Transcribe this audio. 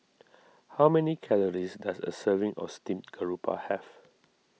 how many calories does a serving of Steamed Garoupa have